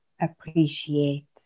appreciate